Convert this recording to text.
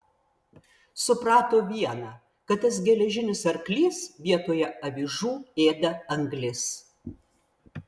suprato viena kad tas geležinis arklys vietoje avižų ėda anglis